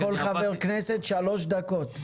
כל חבר כנסת שלוש דקות.